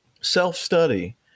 Self-study